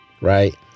Right